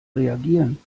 reagieren